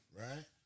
Right